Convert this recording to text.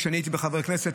כשאני הייתי חבר כנסת,